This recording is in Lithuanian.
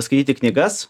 skaityti knygas